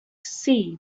see